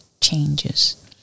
changes